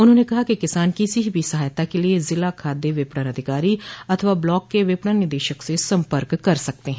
उन्होंने कहा किसान किसी भी सहायता के लिए जिला खाद्य विपणन अधिकारी अथवा ब्लाक के विपणन निदेशक से सम्पर्क कर सकते हैं